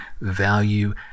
value